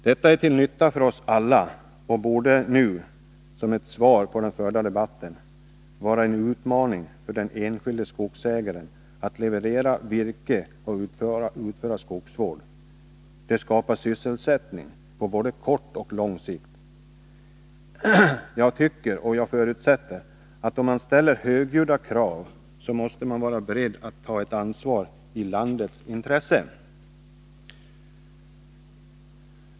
Detta är till nytta för oss alla och borde nu, som ett svar på den förda debatten, vara en utmaning för den enskilde skogsägaren att leverera virke och utföra skogsvård. Det skapar sysselsättning på både kort och lång sikt. Jag tycker — och jag förutsätter att det är så — att om man högljutt ställer krav, så måste man vara beredd att ta ett ansvar i landets intresse.